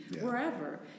wherever